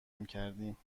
میکردیم